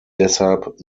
deshalb